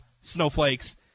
snowflakes